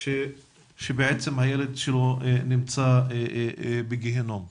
שבעצם הילד שלו נמצא בגיהינום.